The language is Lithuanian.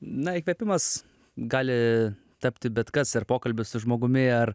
na įkvėpimas gali tapti bet kas ar pokalbis su žmogumi ar